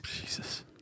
Jesus